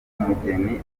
mugeni